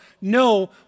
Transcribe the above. no